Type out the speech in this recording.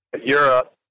Europe